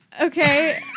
okay